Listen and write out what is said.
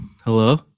Hello